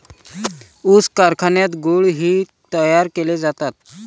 ऊस कारखान्यात गुळ ही तयार केले जातात